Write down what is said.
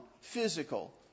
physical